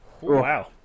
Wow